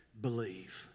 believe